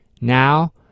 Now